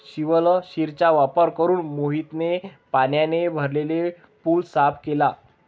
शिवलाशिरचा वापर करून मोहितने पाण्याने भरलेला पूल साफ केला